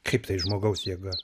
kaip tai žmogaus jėga